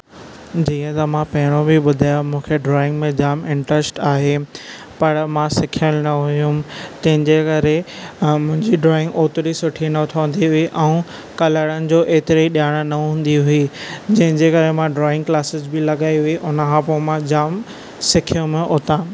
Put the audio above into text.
जीअं त मां पहिरियों बि ॿुधायम मूंखे ड्रॉइंग में जाम इंट्रेस्ट आहे पर मां सिखियलु न हुयुम तंहिं जे करे मुंहिंजी ड्रॉइंग ओतिरी सुठी न ठहंदी हुई ऐं कलरन जो एतिरी ॼाण न हूंदी हुई जंहिं जे करे मां ड्रॉइंग क्लासिस बि लॻाई हुई उन खां पोइ मां जाम सिखियुम उतां